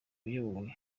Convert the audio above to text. uyobowe